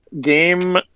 game